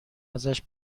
ازش